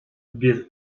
без